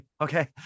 Okay